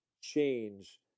change